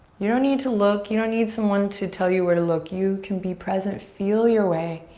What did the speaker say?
you don't need to look, you don't need someone to tell you where to look. you can be present. feel your way.